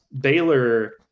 Baylor